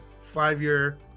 five-year